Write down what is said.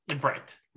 Right